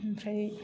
ओमफ्राय